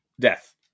death